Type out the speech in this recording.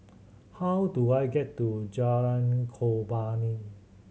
how do I get to Jalan Korban